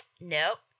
nope